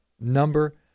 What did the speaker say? number